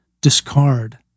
discard